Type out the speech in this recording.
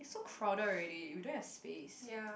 it's so crowded already we don't have space